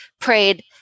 prayed